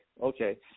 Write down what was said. okay